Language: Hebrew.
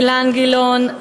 אילן גילאון,